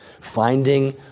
finding